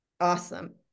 Awesome